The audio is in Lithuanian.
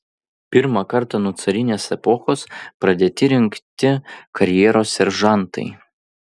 pirmą kartą nuo carinės epochos pradėti rengti karjeros seržantai